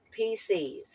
PCs